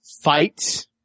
Fight